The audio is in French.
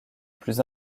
plus